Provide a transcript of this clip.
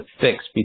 fix